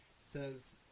says